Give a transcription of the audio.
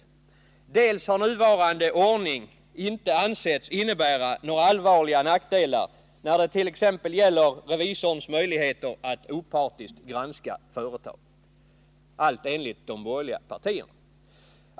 Vidare har nuvarande ordning av de borgerliga partierna inte ansetts innebära några allvarliga nackdelar t.ex. när det gäller revisorns möjligheter att opartiskt granska företaget.